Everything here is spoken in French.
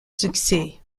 succès